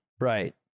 Right